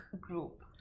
group